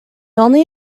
only